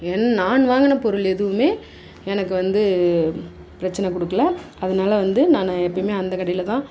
என் நான் வாங்கின பொருள் எதுவுமே எனக்கு வந்து பிரச்சினை கொடுக்கலை அதனாலே வந்து நான் எப்போயுமே அந்த கடையில் தான்